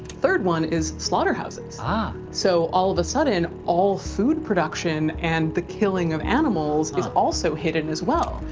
third one is slaughterhouses, ah so all of a sudden, all food production, and the killing of animals is also hidden as well.